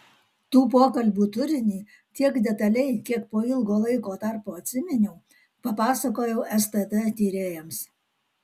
tų pokalbių turinį tiek detaliai kiek po ilgo laiko tarpo atsiminiau papasakojau stt tyrėjams